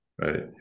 Right